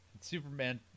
Superman